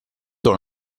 dans